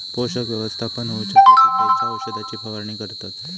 पोषक व्यवस्थापन होऊच्यासाठी खयच्या औषधाची फवारणी करतत?